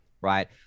right